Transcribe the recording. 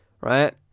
right